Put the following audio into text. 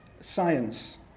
science